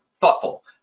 thoughtful